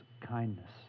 kindness